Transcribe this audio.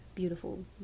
beautiful